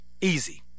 easy